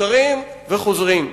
מפוטרים וחוזרים.